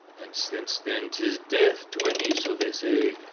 an' sence thin tis death to any, so they say,